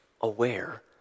aware